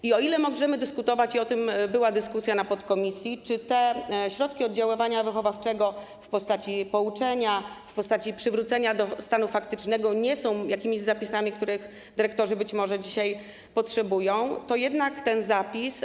I o ile możemy dyskutować - i o tym była dyskusja na posiedzeniu podkomisji - czy te środki oddziaływania wychowawczego w postaci pouczenia, w postaci przywrócenia do stanu faktycznego nie są jakimiś zapisami, których dyrektorzy być może dzisiaj potrzebują, to jednak ten zapis.